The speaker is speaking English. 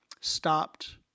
stopped